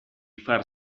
far